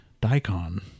Daikon